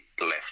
left